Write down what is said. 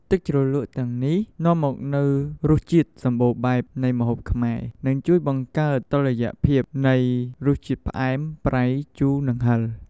ទឹកជ្រលក់ទាំងនេះនាំមកនូវរសជាតិសម្បូរបែបនៃម្ហូបខ្មែរ និងជួយបង្កើតតុល្យភាពនៃរសជាតិផ្អែម ប្រៃ ជូរ និងហិល។